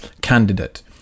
candidate